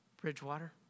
Bridgewater